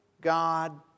God